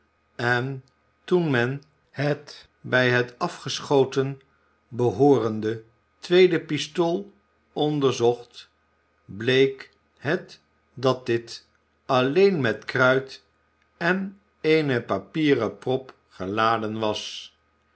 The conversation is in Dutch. en toen men het bij het afgeschoten behoorende tweede pistool onderzocht bleek het dat dit alleen met kruit en eene papieren prop geladen was